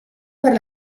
per